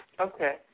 Okay